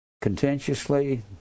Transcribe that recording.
contentiously